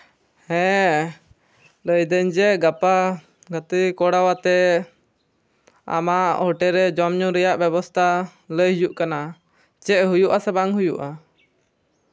ᱦᱮᱸ ᱞᱟᱹᱭ ᱫᱟᱹᱧ ᱡᱮ ᱜᱟᱯᱟ ᱜᱟᱛᱮ ᱠᱚᱲᱟᱣᱟᱛᱮᱜ ᱟᱢᱟᱜ ᱦᱳᱴᱮᱞᱨᱮ ᱡᱚᱢ ᱧᱩ ᱨᱮᱭᱟᱜ ᱵᱮᱵᱚᱥᱛᱷᱟ ᱞᱟᱹᱭ ᱦᱩᱭᱩᱜ ᱠᱟᱱᱟ ᱪᱮᱫ ᱦᱩᱭᱩᱜ ᱟᱥᱮ ᱵᱟᱝ ᱦᱩᱭᱩᱜᱼᱟ